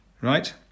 right